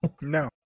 No